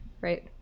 right